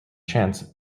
chance